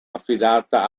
affidata